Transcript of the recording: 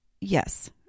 yes